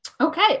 Okay